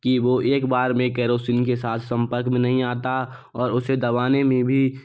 कि वो एक बार में केरोसिन के साथ संपर्क में नहीं आता और उसे दबाने में भी